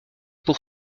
pour